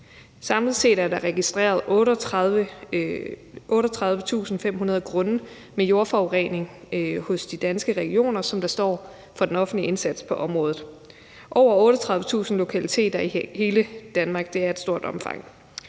Samlet set er der registreret 38.500 grunde med jordforurening i de danske regioner, som står for den offentlige indsats på området. Med over 38.000 lokaliteter i hele Danmark er det et stort omfang.